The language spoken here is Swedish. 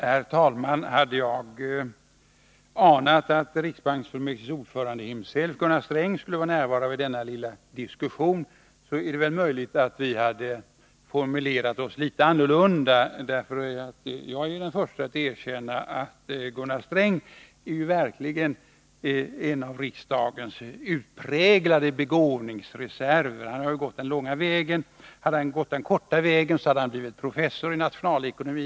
Herr talman! Hade jag anat att riksbanksfullmäktiges ordförande själv, Gunnar Sträng, skulle vara närvarande vid denna lilla diskussion är det möjligt att jag hade formulerat mig litet annorlunda. Jag är ju den förste att erkänna att Gunnar Sträng verkligen är en av riksdagens utpräglade begåvningsreserver. Han har gått den långa vägen. Hade han gått den korta vägen hade han blivit professor i nationalekonomi.